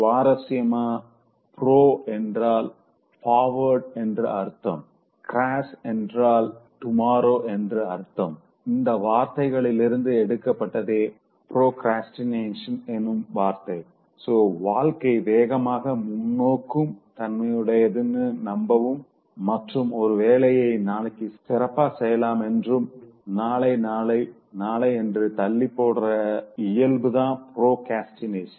சுவாரசியமா pro என்றால் forward என்று அர்த்தம் கிராஸ் என்றால் இன்டிகேட்டிங் டுமாரோ என்று அர்த்தம் இந்த வார்த்தைகளிலிருந்து எடுக்கப்பட்டதுதா ப்ரோக்ரஸ்டினேஷன் எனும் வார்த்தை சோ வாழ்க்கை வேகமாக முன்னோக்கும் தன்மையுடையதுனு நம்பும் மற்றும் ஒரு வேலையை நாளைக்கு சிறப்பா செய்யலாம் என்றும் நாளை நாளை நாளை என்று தள்ளிப்போடுற இயல்பும்தா பிராக்ரஸ்டினேஷன்